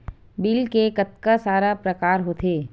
Bill के कतका सारा प्रकार होथे?